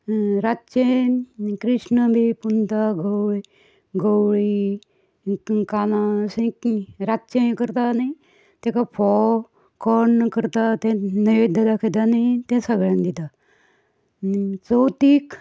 आनी तेदूस रातचें कृष्ण बी पुतना गवळी काना रातचें हें करता आनी तेका फोव कोण्ण करता तें नैवेद्य दाखयता आनी तें सगळ्यांक दिता आनी